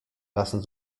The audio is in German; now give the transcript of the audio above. lassen